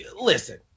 listen